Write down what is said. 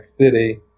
City